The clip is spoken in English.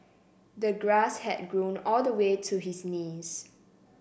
the grass had grown all the way to his knees